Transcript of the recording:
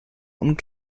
und